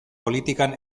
politikan